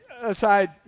aside